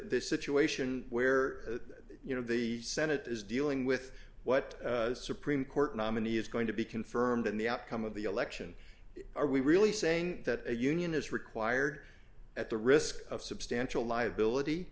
the situation where you know the senate is dealing with what supreme court nominee is going to be confirmed in the outcome of the election are we really saying that a union is required at the risk of substantial liability